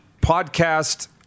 podcast